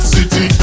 City